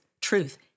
truth